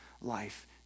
life